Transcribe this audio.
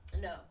No